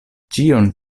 ĉion